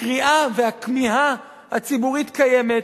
הקריאה והכמיהה הציבורית קיימות.